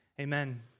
Amen